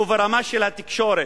וברמה של התקשורת,